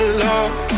love